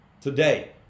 today